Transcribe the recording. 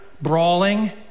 brawling